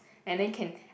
and then can